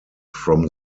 from